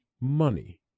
money